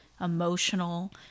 Emotional